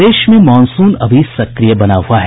प्रदेश में मॉनसून अभी सक्रिय बना हुआ है